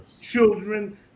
children